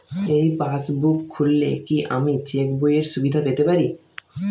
এই পাসবুক খুললে কি আমি চেকবইয়ের সুবিধা পেতে পারি?